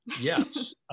Yes